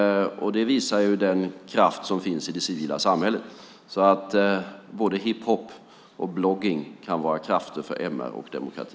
Det visar den kraft som finns i det civila samhället. Både hiphop och bloggning kan vara krafter för MR och demokrati.